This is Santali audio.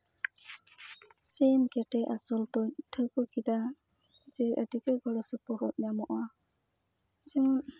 ᱥᱤᱢ ᱜᱮᱰᱮ ᱟᱥᱩᱞ ᱫᱚᱧ ᱴᱷᱟᱹᱣᱠᱟᱹ ᱠᱮᱫᱟ ᱡᱮ ᱟᱹᱰᱤ ᱜᱮ ᱜᱚᱲᱚ ᱥᱚᱯᱚᱦᱚᱫ ᱧᱟᱢᱚᱜᱼᱟ ᱡᱮᱢᱚᱱ